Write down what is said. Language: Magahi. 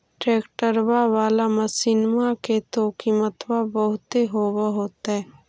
ट्रैक्टरबा बाला मसिन्मा के तो किमत्बा बहुते होब होतै?